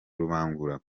rubangura